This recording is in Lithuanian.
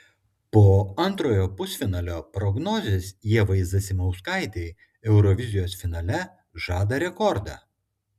po antrojo pusfinalio prognozės ievai zasimauskaitei eurovizijos finale žada rekordą